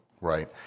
Right